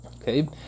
Okay